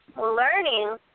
learning